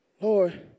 Lord